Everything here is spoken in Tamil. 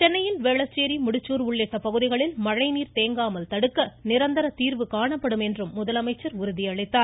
சென்னையில் வேளச்சேரி முடிச்சூர் உள்ளிட்ட பகுதிகளில் மழைநீர் தேங்காமல் தடுக்க நிரந்தர தீர்வு காணப்படும் என்றும் முதலமைச்சர் உறுதியளித்தார்